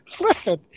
Listen